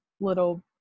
little